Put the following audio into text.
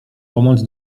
pomoc